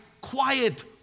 quiet